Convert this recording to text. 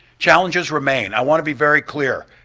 challenges remain. i want to be very clear.